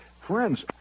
Friends